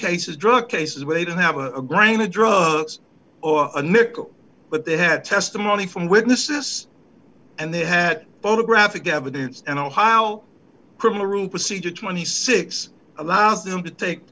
cases drug cases where they don't have a grain of drugs or a nickel but they have testimony from witnesses and they had photographic evidence and ohio criminal room procedure twenty six dollars allows them to take